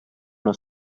una